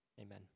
Amen